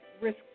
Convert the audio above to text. Risk